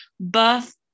birth